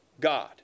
God